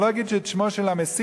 אני לא אגיד את שמו של המסית,